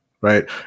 right